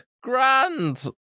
grand